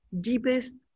deepest